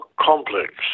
complex